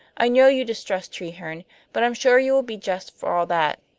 i know you distrust treherne but i'm sure you will be just for all that.